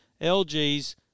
LG's